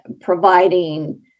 providing